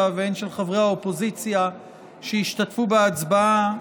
והן של חברי האופוזיציה שהשתתפו בהצבעה,